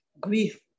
grief